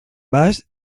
vas